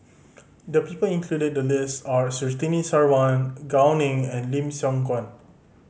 the people included in the list are Surtini Sarwan Gao Ning and Lim Siong Guan